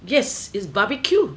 yes it's barbeque